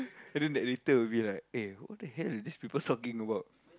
and then that later will be like eh what the hell are these people talking about